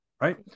right